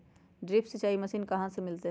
Drip सिंचाई machine कहाँ से मिलतै?